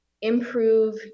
improve